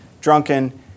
drunken